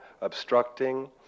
obstructing